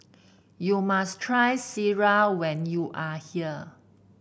you must try Sireh when you are here